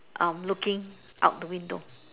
um looking out the window